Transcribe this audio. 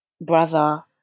brother